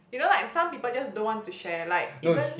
you know like some people just don't want to share like even